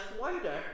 wonder